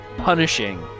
punishing